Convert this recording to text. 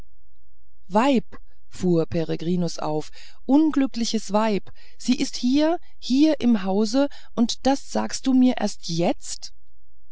weib fuhr peregrinus auf unglückliches weib sie ist hier hier im hause und das sagst du mir erst jetzt